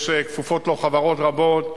כפופות לו חברות רבות,